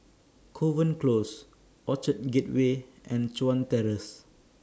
Kovan Close Orchard Gateway and Chuan Terrace